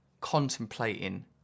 contemplating